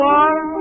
one